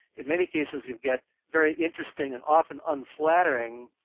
in many cases you get very interesting and often unflattering